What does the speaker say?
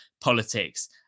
politics